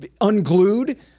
unglued